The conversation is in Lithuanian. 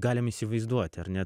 galim įsivaizduoti ar ne